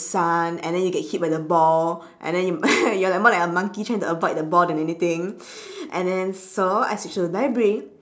sun and then you get hit by the ball and then you you are more like a monkey trying to avoid the ball than anything and then so I switched to library